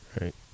right